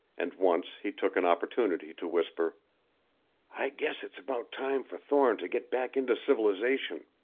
and once he took an opportunity to whisper i guess it's about time for thorne to get back into civilization.